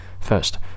First